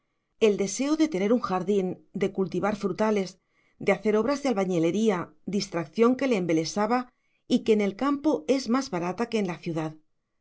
el deseo de tener un jardín de cultivar frutales de hacer obras de albañilería distracción que le embelesaba y que en el campo es más barata que en la ciudad